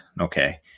Okay